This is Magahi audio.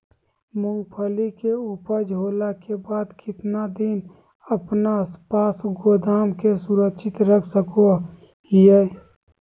मूंगफली के ऊपज होला के बाद कितना दिन अपना पास गोदाम में सुरक्षित रख सको हीयय?